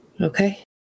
Okay